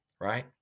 Right